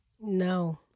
No